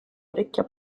orecchie